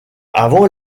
avant